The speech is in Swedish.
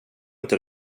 den